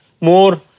more